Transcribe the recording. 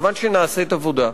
כיוון שנעשית עבודה,